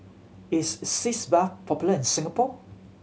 is Sitz Bath popular in Singapore